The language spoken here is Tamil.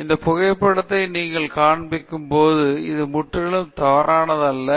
எனவே இந்த புகைப்படத்தை நீங்கள் காண்பிக்கும் போது அது முற்றிலும் தவறானது அல்ல